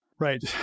Right